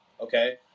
okay